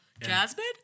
Jasmine